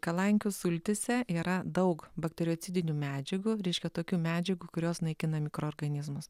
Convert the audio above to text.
kalankių sultyse yra daug bakteriocidinių medžiagų reiškia tokių medžiagų kurios naikina mikroorganizmus